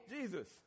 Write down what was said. Jesus